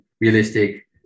realistic